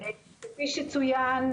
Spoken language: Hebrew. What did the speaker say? כפי שצוין,